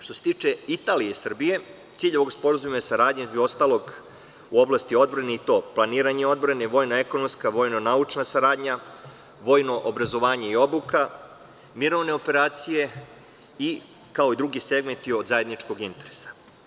Što se tiče Italije i Srbije, cilj ovog sporazuma je saradnja u oblasti odbrane i to: planiranje odbrane, vojno-ekonomska, vojno-naučna saradnja, vojno obrazovanje i obuka, mirovne operacije, kao i drugi segmenti od zajedničkog interesa.